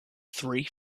three